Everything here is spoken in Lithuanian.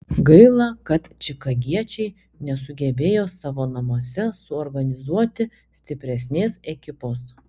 gaila kad čikagiečiai nesugebėjo savo namuose suorganizuoti stipresnės ekipos